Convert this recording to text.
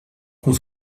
qu’on